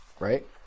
right